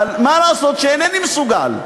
אבל מה לעשות שאינני מסוגל?